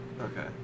Okay